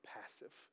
passive